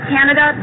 Canada